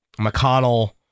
McConnell